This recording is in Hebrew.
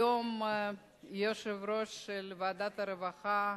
היום היושב-ראש של ועדת הרווחה,